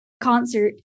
concert